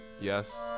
yes